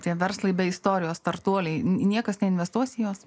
tie verslai be istorijos startuoliai niekas neinvestuos jos